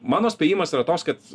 mano spėjimas yra toks kad